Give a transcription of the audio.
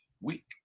week